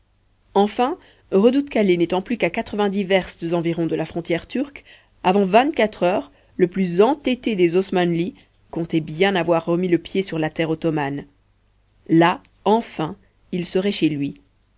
enfin redout kalé n'étant plus qu'à quatre-vingt-dix verstes environ de la frontière turque avant vingt-quatre heures le plus entêté des osmanlis comptait bien avoir remis le pied sur la terre ottomane là enfin il serait chez lui